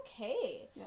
okay